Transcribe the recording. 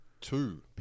two